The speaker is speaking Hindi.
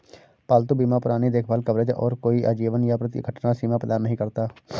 पालतू बीमा पुरानी देखभाल कवरेज और कोई आजीवन या प्रति घटना सीमा प्रदान नहीं करता